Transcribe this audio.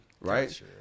right